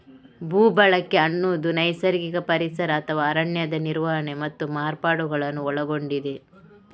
ಭೂ ಬಳಕೆ ಅನ್ನುದು ನೈಸರ್ಗಿಕ ಪರಿಸರ ಅಥವಾ ಅರಣ್ಯದ ನಿರ್ವಹಣೆ ಮತ್ತು ಮಾರ್ಪಾಡುಗಳನ್ನ ಒಳಗೊಂಡಿದೆ